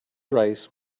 rice